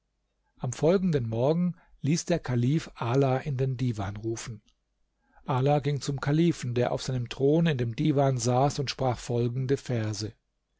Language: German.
am folgenden morgen ließ der kalif ala in den divan rufen ala ging zum kalifen der auf seinem thron in dem divan saß und sprach folgende verse